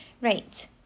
right